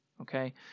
okay